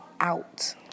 out